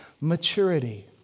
maturity